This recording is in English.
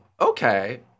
okay